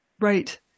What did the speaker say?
Right